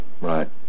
right